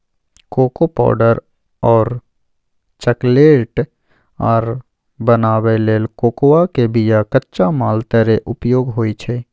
cocoa powder और chocolate आर बनाबइ लेल कोकोआ के बिया कच्चा माल तरे उपयोग होइ छइ